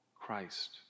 Christ